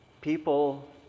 People